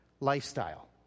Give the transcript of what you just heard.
lifestyle